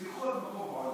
בכל מקום בעולם.